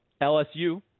LSU